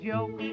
Joke